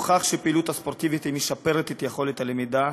הוכח שפעילות ספורטיבית משפרת את יכולת הלמידה,